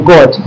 God